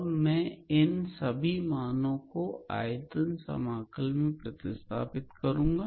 अब मैं इन सभी मानो को आयतन समाकल मैं प्रतिस्थापित करूंगा